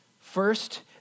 First